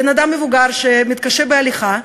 בן-אדם מבוגר שמתקשה בהליכה,